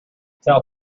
tell